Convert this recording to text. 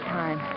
time